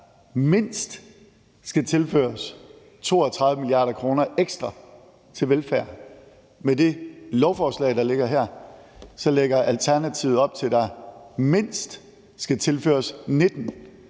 der skal tilføres mindst 32 mia. kr. ekstra til velfærd. Med det lovforslag, der ligger her, lægger Alternativet op til, at der skal tilføres mindst 19 mia. kr.